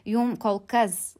jum kol kas